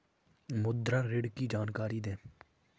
मुद्रा ऋण की जानकारी दें?